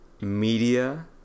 media